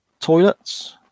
toilets